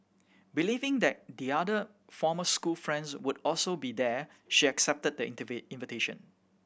believing that the other former school friends would also be there she accepted the invitation